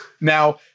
now